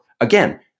Again